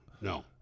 no